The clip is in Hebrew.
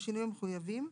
בשינויים המחויבים,